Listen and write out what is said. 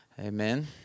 Amen